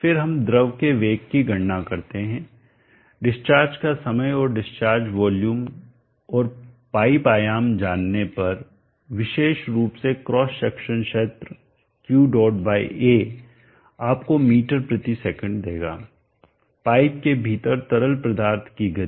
फिर हम द्रव के वेग की गणना करते हैं डिस्चार्ज का समय और डिस्चार्ज वॉल्यूम और पाइप आयाम जानने पर विशेष रूप से क्रॉस सेक्शन क्षेत्र Q डॉट बाय A आपको मीटर प्रति सेकंड देगा पाइप के भीतर तरल पदार्थ की गति